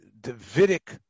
Davidic